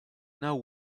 now